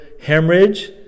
hemorrhage